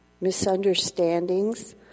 misunderstandings